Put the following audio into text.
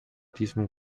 diesem